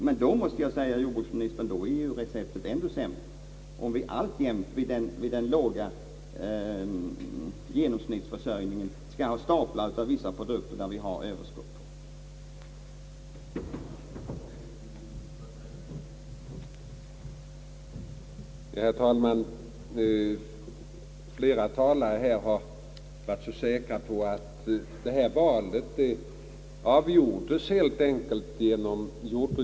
Men då är ju receptet ändå sämre, om vi alltjämt vid den låga genomsnittsförsörjningen skall ha staplar av vissa produkter som vi har överskott på.